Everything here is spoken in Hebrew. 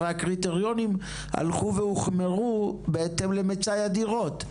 הרי הקריטריונים הלכו והוחמרו בהתאם למצאי הדירות.